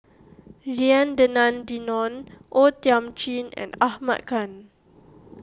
Lim Denan Denon O Thiam Chin and Ahmad Khan